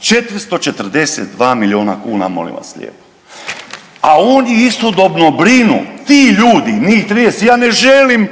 442 milijona kuna, molim vas lijepo. A oni istodobno brinu, ti ljudi njih 30, ja ne želim